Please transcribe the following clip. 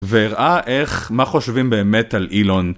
והראה איך... מה חושבים באמת על אילון